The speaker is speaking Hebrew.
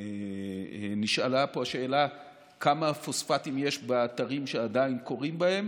נשאלה פה השאלה כמה פוספטים יש באתרים שעדין כורים בהם.